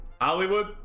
Hollywood